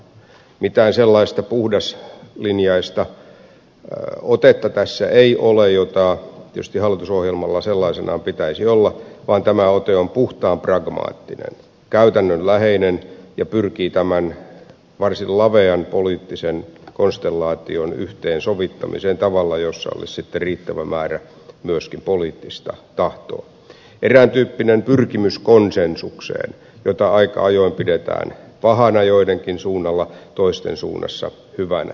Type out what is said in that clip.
mitään sellaista puhdaslinjaista otetta tässä ei ole joka tietysti hallitusohjelmalla sellaisenaan pitäisi olla vaan tämä ote on puhtaan pragmaattinen käytännönläheinen ja pyrkii tämän varsin lavean poliittisen konstellaation yhteensovittamiseen tavalla jossa olisi sitten riittävä määrä myöskin poliittista tahtoa erään tyyppinen pyrkimys konsensukseen jota aika ajoin pidetään pahana joidenkin suunnalla toisten suunnalla hyvänä